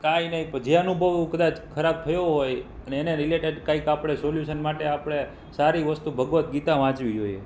કાઈ નઇ જે અનુભવ કદાચ ખરાબ થયો હોય અને એને રેલેટેડ કંઈક આપણે સોલ્યુશન માટે આપણે સારી વસ્તુ ભગવત્ ગીતા વાંચવી જોઈએ